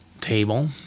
table